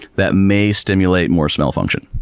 that may stimulate more smell function.